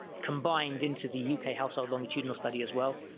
combined into the yeah uk ah household longitudinal study as well